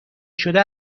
شده